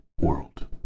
world